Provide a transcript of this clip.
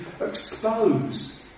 expose